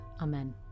Amen